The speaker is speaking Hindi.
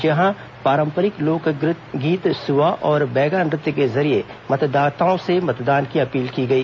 यहां पारंपरिक लोकगीत सुआ और बैगा नृत्य के जरिये मतदाताओं से मतदान की अपील की गई